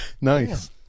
Nice